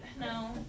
No